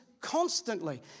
constantly